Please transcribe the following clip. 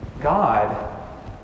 God